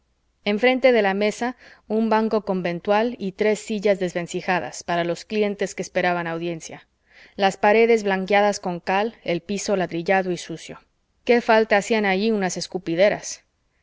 abogado enfrente de la mesa un banco conventual y tres sillas desvencijadas para los clientes que esperaban audiencia las paredes blanqueadas con cal el piso ladrillado y sucio qué falta hacían allí unas escupideras